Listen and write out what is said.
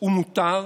הוא מותר,